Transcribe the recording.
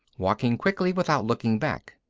walking quickly without looking back.